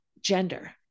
gender